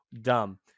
Dumb